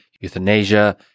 euthanasia